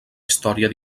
història